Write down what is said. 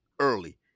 early